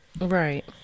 Right